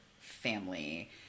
family